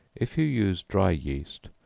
if you use dry yeast,